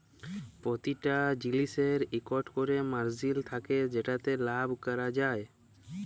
পরতিটা জিলিসের ইকট ক্যরে মারজিল থ্যাকে যেটতে লাভ ক্যরা যায়